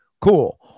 Cool